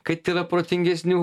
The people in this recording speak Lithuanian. kad yra protingesnių